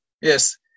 Yes